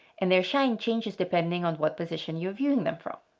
and their shine changes depending on what position you're viewing them from.